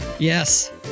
Yes